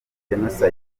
jenoside